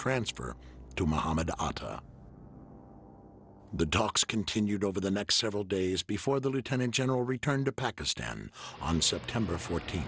transfer to mohamed oughta the talks continued over the next several days before the lieutenant general returned to pakistan on september fourteenth